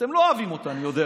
אתם לא אוהבים אותה, אני יודע,